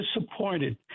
disappointed